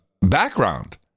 background